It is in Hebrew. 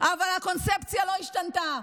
אבל הקונספציה לא השתנתה.